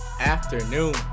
afternoon